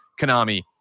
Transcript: Konami